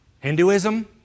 Hinduism